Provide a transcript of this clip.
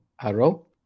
arrow